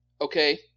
okay